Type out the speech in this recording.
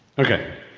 okay,